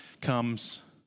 comes